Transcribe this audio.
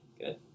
Good